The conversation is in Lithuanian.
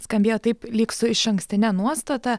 skambėjo taip lyg su išankstine nuostata